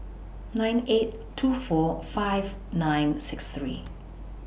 nine eight two four five nine six three